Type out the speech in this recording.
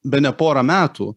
bene porą metų